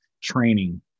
training